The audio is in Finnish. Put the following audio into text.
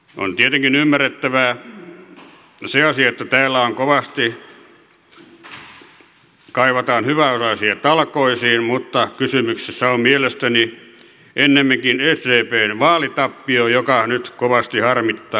on tietenkin ymmärrettävä se asia että täällä kovasti kaivataan hyväosaisia talkoisiin mutta kysymyksessä on mielestäni ennemminkin sdpn vaalitappio joka nyt kovasti harmittaa